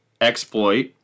exploit